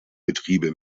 betriebe